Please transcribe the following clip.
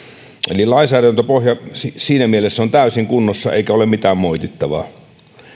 eli lainsäädäntöpohja siinä mielessä on täysin kunnossa eikä ole mitään moitittavaa